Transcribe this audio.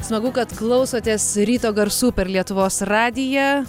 smagu kad klausotės ryto garsų per lietuvos radiją